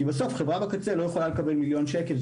כי בסוף חברה בקצה לא יכולה לקבל מיליון שקל,